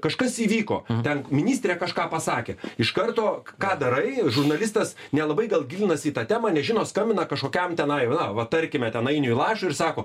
kažkas įvyko ten ministrė kažką pasakė iš karto ką darai žurnalistas nelabai gal gilinasi į tą temą nežino skambina kažkokiam tenai na va tarkime ten ainiui lašui ir sako